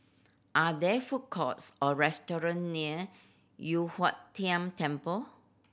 are there food courts or restaurant near Yu Huang Tian Temple